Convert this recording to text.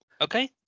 Okay